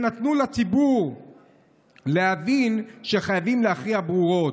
הם נתנו לציבור להבין שחייבים להכריע ברורות.